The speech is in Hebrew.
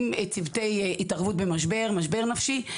עם צוותי התערבות במשבר נפשי.